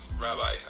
Rabbi